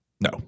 No